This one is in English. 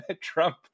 Trump